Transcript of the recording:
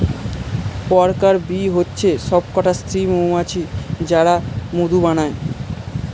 worker bee হচ্ছে সবকটা স্ত্রী মৌমাছি যারা মধু বানায়